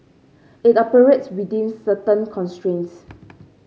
it operates within certain constraints